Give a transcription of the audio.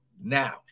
now